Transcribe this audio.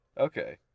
Okay